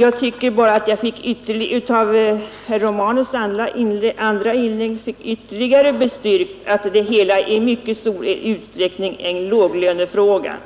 Herr talman! Jag fick av herr Romanus” andra inlägg ytterligare bestyrkt att det hela i mycket stor utsträckning är en låglönefråga;